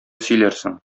сөйләрсең